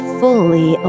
fully